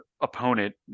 opponent